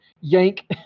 Yank